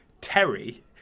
Terry